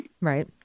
Right